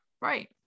Right